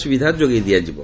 ସ୍ତବିଧା ଯୋଗାଇ ଦିଆଯିବ